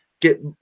get